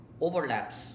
overlaps